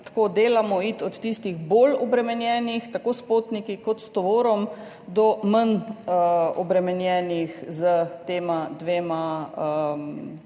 tako delamo, iti od tistih bolj obremenjenih, tako s potniki kot s tovorom, do manj obremenjenih s tema dvema